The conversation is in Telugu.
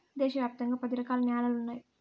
దేశ వ్యాప్తంగా పది రకాల న్యాలలు ఉన్నాయి